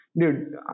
dude